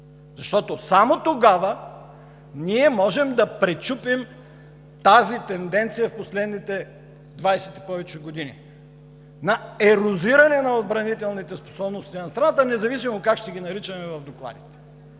Защото само тогава ние можем да пречупим тази тенденция в последните 20 и повече години на ерозиране на отбранителните способности на страната, независимо как ще ги наричаме в докладите.